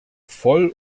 voll